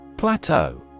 Plateau